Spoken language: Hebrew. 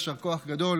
ויישר כוח גדול.